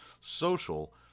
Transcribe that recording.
social